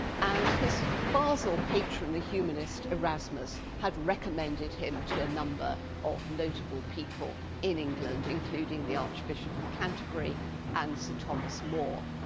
and his basel patron, the humanist erasmus, had recommended him to a number of notable people in england, including the archbishop of canterbury and sir thomas moore.